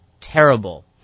terrible